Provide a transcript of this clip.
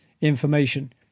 information